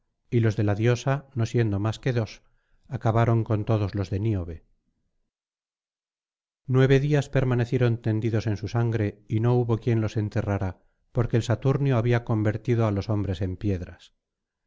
y los de la diosa no siendo más que dos acabaron con todos los de níobe nueve días permanecieron tendidos en su sangre y no hubo quien los enterrara porque el saturnio había convertido á los hombres en piedras